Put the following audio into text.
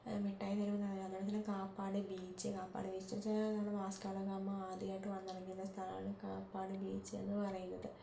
മിട്ടായി തെരുവ് എന്ന് പറയുന്നത് അതുപോലെതന്നെ കാപ്പാട് ബീച്ച് കാപ്പാട് ബീച്ച് വെച്ചാൽ വാസ്കോ ഡ ഗാമ ആദ്യമായിട്ട് വന്നിറങ്ങിയ സ്ഥലമാണ് കാപ്പാട് ബീച്ചെന്ന് പറയുന്നത്